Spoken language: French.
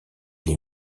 les